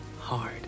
hard